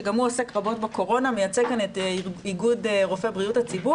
שגם הוא עוסק רבות בקורונה ומייצג כאן את איגוד רופאי בריאות הציבור